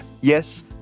yes